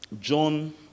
John